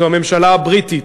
זו הממשלה הבריטית.